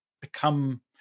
become